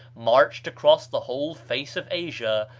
marched across the whole face of asia,